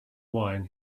wine